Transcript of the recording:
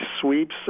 sweeps